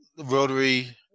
Rotary